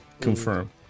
Confirm